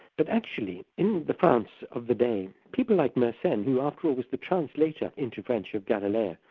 but actually in the france of the day, people like mersenne, who after all was the translator into french of galileo,